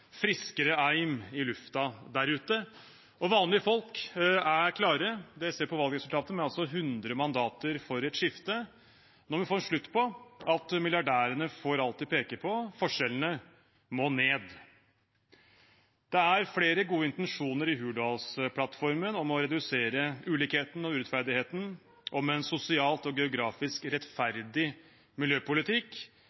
friskere eim i luften der ute. Vanlige folk er klare, det ser vi på valgresultatet, med 100 mandater for et skifte. Nå må vi få en slutt på at milliardærene får alt de peker på, forskjellene må ned. Det er flere gode intensjoner i Hurdalsplattformen om å redusere ulikheten og urettferdigheten, om en sosialt og geografisk